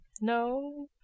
no